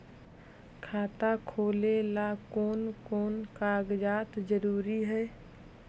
खाता खोलें ला कोन कोन कागजात जरूरी है?